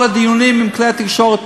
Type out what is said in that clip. כל הדיונים פתוחים לכלי התקשורת.